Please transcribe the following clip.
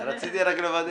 רציתי רק לוודא.